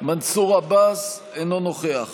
מנסור עבאס, אינו נוכח